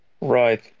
Right